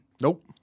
Nope